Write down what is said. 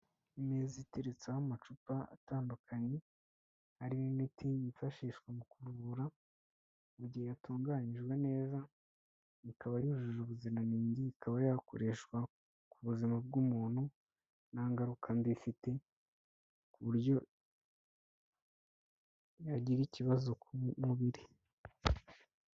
Imeza iteretseho amacupa atandukanye, arimo imiti yifashishwa mu kuvura mu gihe yatunganyijwe neza, ikaba yujuje ubuziranenge, ikaba yakoreshwa ku buzima bw'umuntu, nta ngaruka mbi ifite ku buryo yagira ikibazo ku mubiri.